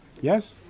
Yes